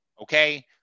Okay